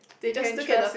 they just look at the